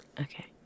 Okay